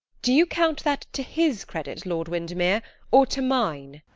do you count that to his credit, lord windermere or to mine?